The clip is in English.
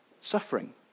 suffering